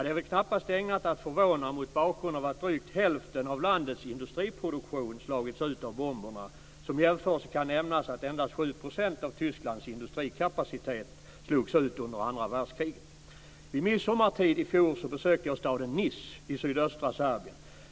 Det är väl knappast ägnat att förvåna mot bakgrund av att drygt hälften av landets industriproduktion slagits ut av bomberna. Som jämförelse kan nämnas att endast 7 % av Tysklands industrikapacitet slogs ut under andra världskriget. Vid midsommartid i fjol besökte jag staden Nis i sydöstra Serbien.